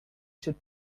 should